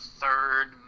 third